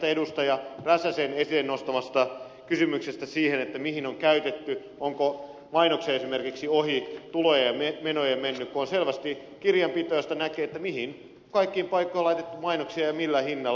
räsäsen esille nostamasta kysymyksestä mihin on käytetty onko mainoksia esimerkiksi ohi tulojen ja menojen mennyt kun on selvästi kirjanpito josta näkee mihin kaikkiin paikkoihin on laitettu mainoksia ja millä hinnalla